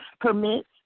permits